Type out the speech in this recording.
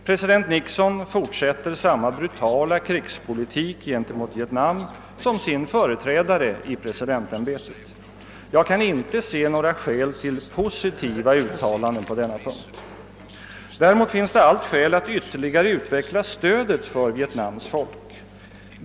President Nixon fortsätter samma brutala krigspolitik gentemot Vietnam som hans företrädare i presidentämbetet förde. Jag kan inte se några skäl till positiva uttalanden på den punkten. Däremot finns det allt skäl att ytterligare utveckla stödet till Vietnams folk.